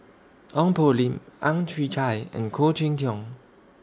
Ong Poh Lim Ang Chwee Chai and Khoo Cheng Tiong